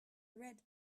red